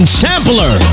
sampler